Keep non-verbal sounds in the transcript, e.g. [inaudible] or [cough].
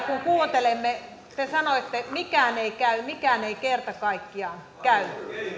[unintelligible] kun kuuntelimme te sanoitte että mikään ei käy mikään ei kerta kaikkiaan käy